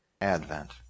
Advent